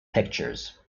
pictures